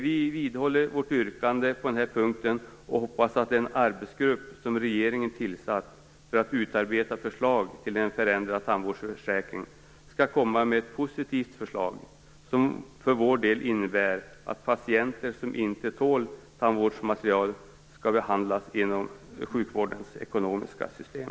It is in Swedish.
Vi vidhåller vårt yrkande på den här punkten och hoppas att den arbetsgrupp som regeringen tillsatt för att utarbeta förslag till en förändrad tandvårdsförsäkring skall komma med ett positivt förslag, vilket vi menar innebär att patienter som inte tål tandvårdsmaterial skall behandlas inom sjukvårdens ekonomiska system.